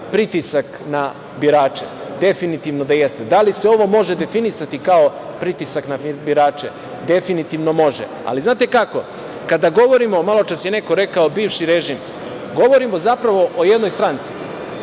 pritisak na birače? Definitivno da jeste. Da li se ovo može definisati kao pritisak na birače? Definitivno može. Znate kako, kada govorimo, maločas je neko rekao bivši režim, govorimo zapravo o jednoj stranci,